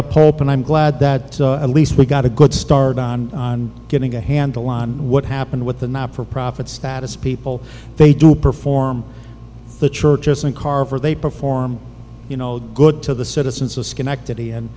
up hope and i'm glad that at least we got a good start on getting a handle on what happened with the not for profit status people they do perform for the churches and carver they perform you know good to the citizens of schenectady